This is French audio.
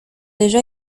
déjà